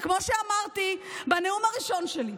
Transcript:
וכמו שאמרתי בנאום הראשון שלי: